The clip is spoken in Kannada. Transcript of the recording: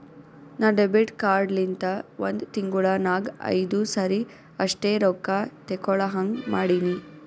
ನಾ ಡೆಬಿಟ್ ಕಾರ್ಡ್ ಲಿಂತ ಒಂದ್ ತಿಂಗುಳ ನಾಗ್ ಐಯ್ದು ಸರಿ ಅಷ್ಟೇ ರೊಕ್ಕಾ ತೇಕೊಳಹಂಗ್ ಮಾಡಿನಿ